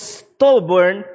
stubborn